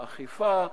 האכיפה,